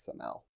XML